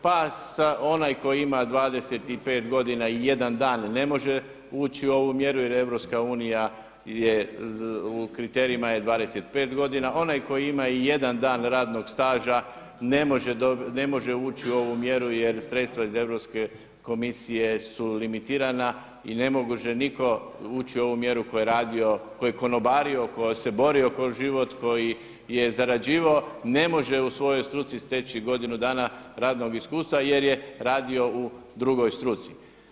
Pa onaj koji ima 25 i jedan dan ne može ući u ovu mjeru jer je EU u kriterijima je 25 godina, onaj koji ima i jedan dan radnog staža ne može ući u ovu mjeru jer sredstva iz Europske komisije su limitirana i ne može nitko ući u ovu mjeru tko je rado, ko je konobario, ko se borio kroz život, koji je zarađivao ne može u svojoj struci steći godinu dana radnog iskustva jer je radio u drugoj struci.